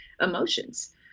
emotions